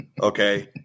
Okay